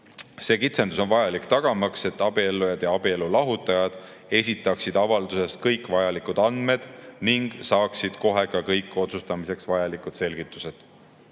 See kitsendus on vajalik, tagamaks, et abiellujad ja abielulahutajad esitaksid avalduses kõik vajalikud andmed ning saaksid kohe ka kõik otsustamiseks vajalikud selgitused.